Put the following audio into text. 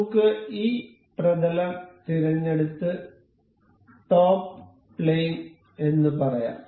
നമുക്ക് ഈ പ്രതലം തിരഞ്ഞെടുത്ത് ടോപ് പ്ലെയിൻ എന്ന് പറയാം